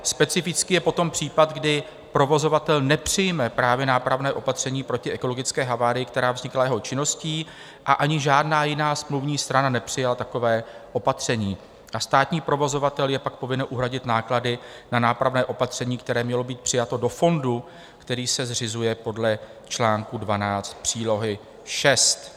Specifický je potom případ, kdy provozovatel nepřijme nápravné opatření proti ekologické havárii, která vznikla jeho činností, ani žádná jiná smluvní strana nepřijala takové opatření a státní provozovatel je pak povinen uhradit náklady na nápravné opatření, které mělo být přijato do fondu, který se zřizuje podle čl. 12 Přílohy VI.